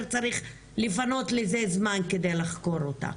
צריך לפנות לזה זמן כדי לחקור אותה.